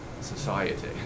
society